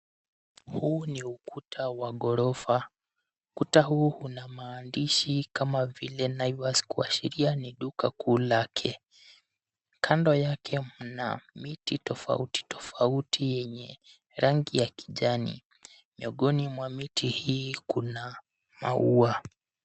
Huu ni ukuta wa ghorofa. Kuta huu una maandishi kama vile Naivas kuashiria ni duka kuu lake. Kando yake mna miti tofauti tofauti yenye rangi ya kijani. Miongoni mwa miti hii kuna maua.